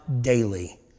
daily